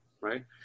right